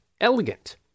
elegant